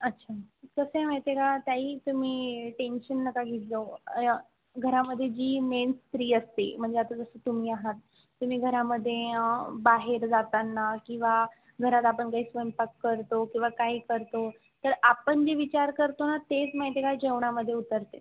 अच्छा कसं आहे माहिती आहे का ताई तुम्ही टेन्शन नका घेत जाऊ य घरामध्ये जी मेन स्त्री असते म्हणजे आता जसं तुम्ही आहात तुम्ही घरामध्ये बाहेर जाताना किंवा घरात आपण काही स्वयंपाक करतो किंवा काही करतो तर आपण जे विचार करतो ना तेच माहिती आहे का जेवणामध्ये उतरते